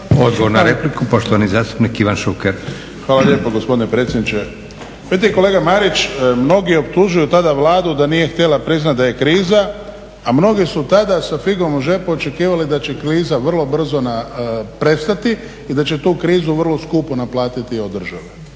Odgovor na repliku poštovani zastupnik Ivan Šuker. **Šuker, Ivan (HDZ)** Hvala lijepo gospodine predsjedniče. Vidite kolega Marić, mnogi optužuju tada Vladu da nije htjela priznati da je kriza a mnogi su tada sa figom u džepu očekivali da će kriza vrlo brzo prestati i da će tu krizu vrlo skupo naplatiti od države.